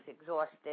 exhausted